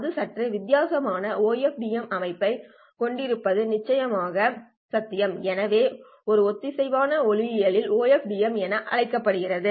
அது சற்றே வித்தியாசமான OFDM அமைப்பைக் கொண்டிருப்பது நிச்சயமாக சாத்தியம் எனவே இது ஒத்திசைவான ஒளியியல் OFDM என அழைக்கப்படுகிறது